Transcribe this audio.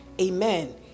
amen